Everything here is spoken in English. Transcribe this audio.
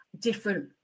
different